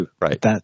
Right